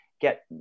get